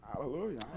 Hallelujah